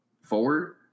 four